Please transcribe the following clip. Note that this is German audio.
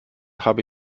habe